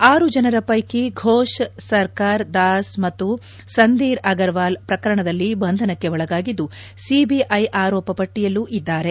ಆರು ಜನರ ಪೈಕಿ ಫೋಷ್ ಸರ್ಕಾರ್ ದಾಸ್ ಮತ್ತು ಸಂದೀರ್ ಅಗರ್ಚಾಲ್ ಪ್ರಕರಣದಲ್ಲಿ ಬಂಧನಕ್ಕೆ ಒಳಗಾಗಿದ್ದು ಸಿಬಿಐ ಆರೋಪ ಪಟ್ಟಿಯಲ್ಲೂ ಇದ್ದಾರೆ